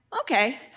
okay